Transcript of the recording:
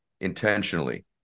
intentionally